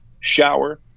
shower